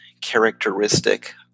characteristic